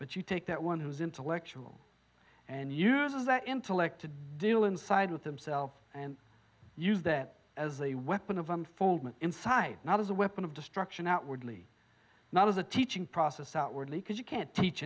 but you take that one who's intellectual and uses that intellect to do inside with himself and use that as a weapon of unfoldment inside not as a weapon of destruction outwardly not as a teaching process outwardly because you can't teach